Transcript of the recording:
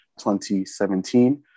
2017